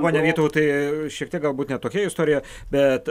pone vytautai šiek tiek galbūt ne tokia istorija bet